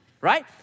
Right